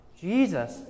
Jesus